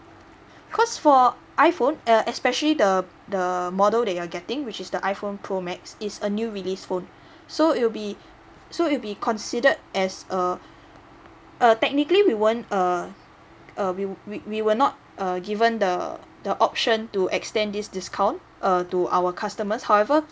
cause for iphone uh especially the the model that you're getting which is the iphone pro max is a new release phone so it will be so will be considered as a uh technically we weren't uh uh we we were not uh given the uh the option to extend this discount uh to our customers however